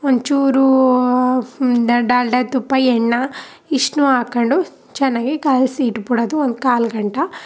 ಒಂಚೂರು ಡಾಲ್ಡ ತುಪ್ಪ ಎಣ್ಣೆ ಇಷ್ಟನ್ನೂ ಹಾಕೊಂಡು ಚೆನ್ನಾಗಿ ಕಲಸಿ ಇಟ್ಬಿಡೋದು ಒಂದು ಕಾಲ್ ಗಂಟ